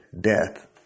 death